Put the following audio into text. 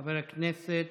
חבר הכנסת